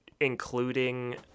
including